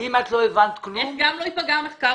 גם לא ייפגע המחקר,